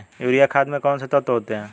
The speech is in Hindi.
यूरिया खाद में कौन कौन से तत्व होते हैं?